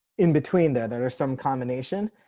in between there. there are some combination,